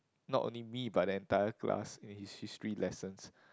not only me but the entire class in his History lessons